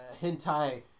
hentai